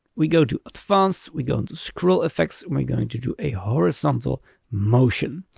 we go to advanced we go into scroll effects and we're going to do a horizontal motion.